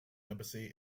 embassy